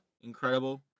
incredible